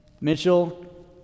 Mitchell